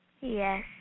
Yes